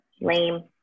lame